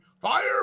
Fire